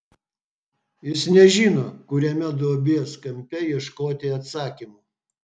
jis nežino kuriame duobės kampe ieškoti atsakymų